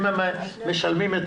הם משלמים את